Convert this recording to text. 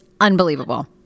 unbelievable